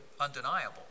undeniable